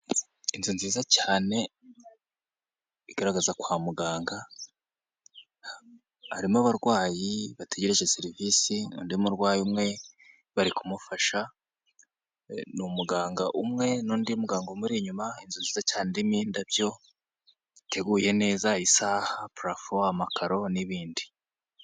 Inzu nziza cyane igaragaza kwa muganga harimo abarwayi bategereje serivisi undi murwayi umwe bari kumufasha ni umuganga umwe n'undi muganga umuri inyuma inzu nziza cyane irimo indabyo ziteguye neza isaha parafo amakaro n'ibindi.